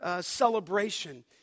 celebration